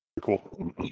cool